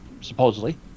Supposedly